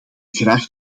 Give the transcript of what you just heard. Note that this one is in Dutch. graag